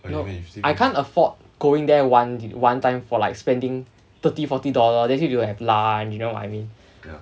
I can't afford going there one ti~ one time for like spending thirty forty dollar then still need to have lunch you know what I mean